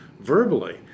verbally